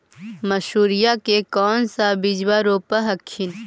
मसुरिया के कौन सा बिजबा रोप हखिन?